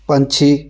ਪੰਛੀ